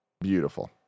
Beautiful